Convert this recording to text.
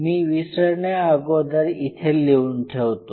मी विसरण्याआगोदर इथे लिहून ठेवतो